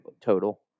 total